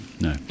no